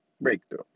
breakthrough